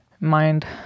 Mind